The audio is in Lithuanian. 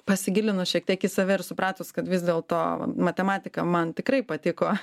pasigilinus šiek tiek į save ir supratus kad vis dėlto matematika man tikrai patiko